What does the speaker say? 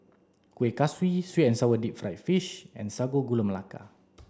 Kuih Kaswi sweet and sour deep fried fish and sago gula melaka